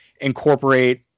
incorporate